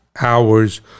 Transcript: hours